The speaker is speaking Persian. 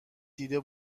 دیده